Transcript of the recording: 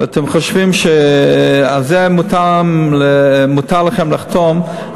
ואתם חושבים שעל זה מותר לכם לחתום,